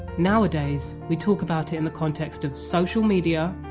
nowadays we talk about in the context of social media,